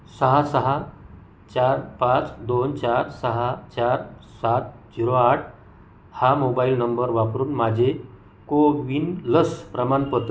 सहा सहा चार पाच दोन चार सहा चार सात झिरो आठ हा मोबाईल नंबर वापरून माझे को विन लस प्रमाणपत्र मिळवा